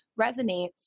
resonates